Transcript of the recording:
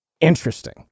Interesting